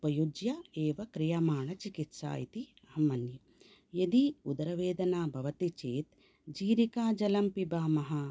उपयुज्य एव क्रियमाणचिकित्सा इति अहं मन्ये यदि उदरवेदना भवति चेत् जीरिकाजलं पिबामः